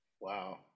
Wow